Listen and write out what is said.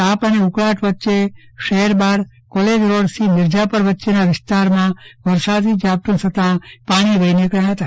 તાપ અને ઉકળાટ વચ્ચે શહેર બહાર કોલેજ રોડથી મિરઝાપર વચ્ચેના વિસ્તારમાં વરસાદી ઝાપટ્ થતા પાણી વહી નીકળ્યા હતા